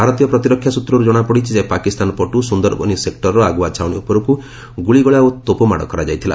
ଭାରତୀୟ ପ୍ରତିରକ୍ଷା ସୂତ୍ରରୁ ଜଣାପଡ଼ିଛି ଯେ ପାକିସ୍ତାନ ପଟୁ ସୁନ୍ଦରବନି ସେକ୍ରର ଆଗୁଆ ଛାଉଣୀ ଉପରକୁ ଗୁଳିଗୋଳା ଓ ତୋପ ମାଡ଼ କରାଯାଇଥିଲା